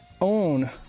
own